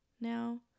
now